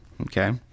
okay